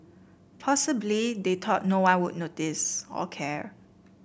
possibly they thought no one would notice or care